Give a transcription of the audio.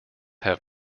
have